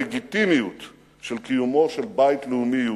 וגם את הלגיטימיות של קיומו של בית לאומי יהודי.